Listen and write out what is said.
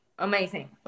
amazing